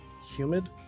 humid